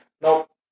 Nope